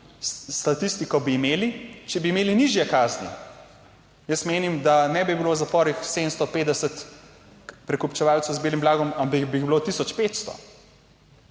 statistiko bi imeli, če bi imeli nižje kazni? Jaz menim, da ne bi bilo v zaporih 750 prekupčevalcev z belim blagom, ampak bi jih bilo 1500.